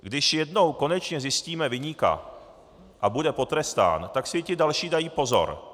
Když jednou konečně zjistíme viníka a bude potrestán, tak si i ti další dají pozor.